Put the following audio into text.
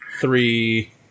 three